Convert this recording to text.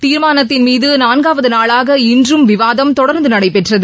தீர்மானத்தின் மீது நான்காவது நாளாக இன்றும் விவாதம் தொடர்ந்து நடைபெற்றது